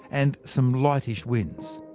and some light-ish winds.